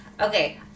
Okay